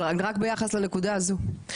אבל רק ביחס לנקודה הזו,